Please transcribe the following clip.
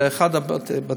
זה אחד מבתי-החולים,